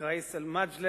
(נושא דברים בשפה הערבית,